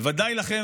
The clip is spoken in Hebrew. בוודאי לכם,